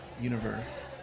universe